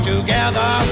together